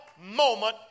moment